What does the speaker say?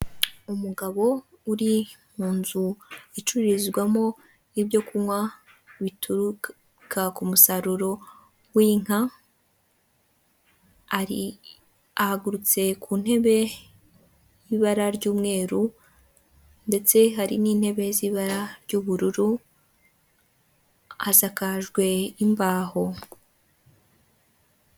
Umugabo uri mu nzu icururizwamo ibyo kunywa biturukaruka ku musaruro w'inka ahagurutse ku ntebe y'ibara ry'umweru ndetse hari n'intebe z'ibara ry'ubururu hashakakajwe imbaho.